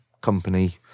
company